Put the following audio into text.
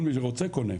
כל מי שרוצה קונה.